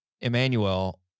Emmanuel